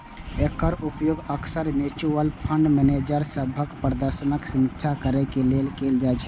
एकर उपयोग अक्सर mutual fund manager सभक प्रदर्शनक समीक्षा करै लेल कैल जाइ छै